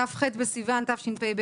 כ"ח בסיון התשפ"ב,